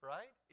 Right